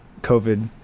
COVID